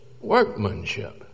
workmanship